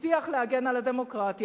הבטיח להגן על הדמוקרטיה.